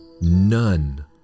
none